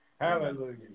Hallelujah